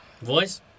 Voice